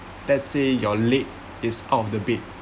let's say your leg is out of the bed